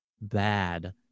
bad